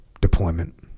deployment